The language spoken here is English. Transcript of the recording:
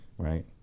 right